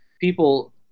people